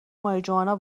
ماریجوانا